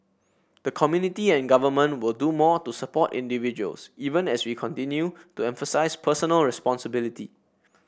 the community and government will do more to support individuals even as we continue to emphasise personal responsibility